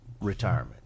retirement